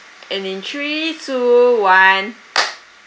and in three two one